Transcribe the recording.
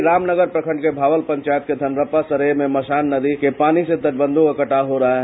वहीं रामनगर प्रखंड के भावल पंचायत के धनरप्पा सरेह में मशान नदी के पानी से तटबंधों में कटाव हो रहा है